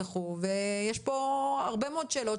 יש כאן הרבה מאוד שאלות,